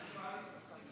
אני מעריך את זה.